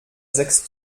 sechs